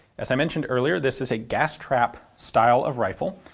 as i mentioned earlier, this is a gas trap style of rifle,